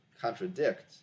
contradict